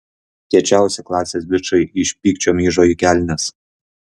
kiečiausi klasės bičai iš pykčio myžo į kelnes